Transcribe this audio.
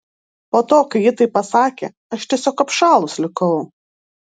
po to kai ji taip pasakė aš tiesiog apšalus likau